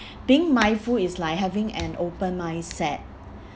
being mindful is like having an open mindset